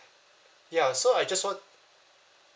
ya so I just want